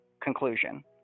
conclusion